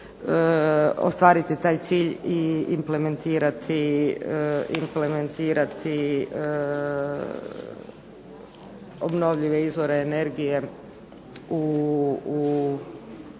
ostvariti taj cilj i implementirati obnovljive izvore energije u